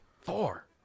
Four